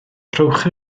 rhowch